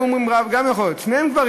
שניהם גברים.